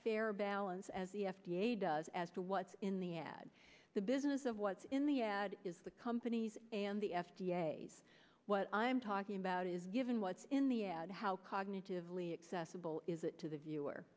fair balance as the f d a does as to what's in the ad the business of what's in the ad is the companies and the f d a what i'm talking about is given what's in the ad how cognitively accessible is it to the viewer